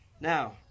Now